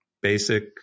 basic